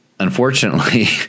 unfortunately